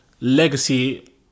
legacy